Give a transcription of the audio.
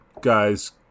guys